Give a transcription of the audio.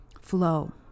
Flow